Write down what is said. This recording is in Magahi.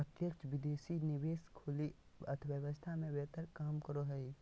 प्रत्यक्ष विदेशी निवेश खुली अर्थव्यवस्था मे बेहतर काम करो हय